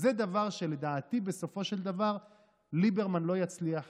זה דבר שלדעתי בסופו של דבר ליברמן לא יצליח